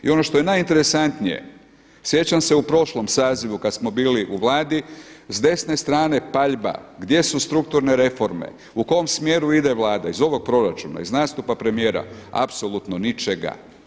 I ono što je najinteresantnije sjećam se u prošlom sazivu kad smo bili u Vladi s desne strane paljba gdje su strukturne reforme, u kom smjeru ide Vlada iz ovog proračuna, iz nastupa premijera apsolutno ničega.